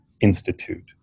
Institute